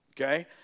okay